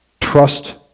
Trust